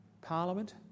Parliament